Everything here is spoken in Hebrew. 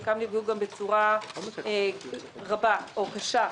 וחלקם נפגעו גם בצורה רבה או קשה,